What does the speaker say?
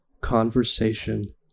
conversation